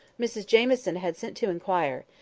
mrs jamieson had sent to inquire.